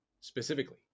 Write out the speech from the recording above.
specifically